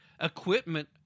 Equipment